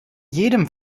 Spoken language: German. jedem